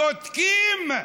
שותקים.